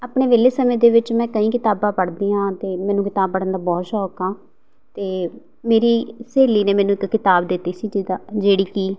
ਆਪਣੇ ਵਿਹਲੇ ਸਮੇਂ ਦੇ ਵਿੱਚ ਮੈਂ ਕਈ ਕਿਤਾਬਾਂ ਪੜ੍ਹਦੀ ਹਾਂ ਅਤੇ ਮੈਨੂੰ ਕਿਤਾਬ ਪੜ੍ਹਨ ਦਾ ਬਹੁਤ ਸ਼ੌਂਕ ਆ ਅਤੇ ਮੇਰੀ ਸਹੇਲੀ ਨੇ ਮੈਨੂੰ ਇੱਕ ਕਿਤਾਬ ਦਿੱਤੀ ਸੀ ਜਿਹਦਾ ਜਿਹੜੀ ਕਿ